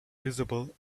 visible